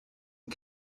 and